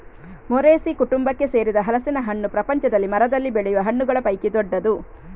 Moraceae ಕುಟುಂಬಕ್ಕೆ ಸೇರಿದ ಹಲಸಿನ ಹಣ್ಣು ಪ್ರಪಂಚದಲ್ಲಿ ಮರದಲ್ಲಿ ಬೆಳೆಯುವ ಹಣ್ಣುಗಳ ಪೈಕಿ ದೊಡ್ಡದು